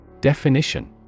Definition